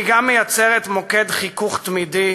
והיא גם מוקד חיכוך תמידי,